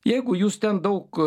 jeigu jūs ten daug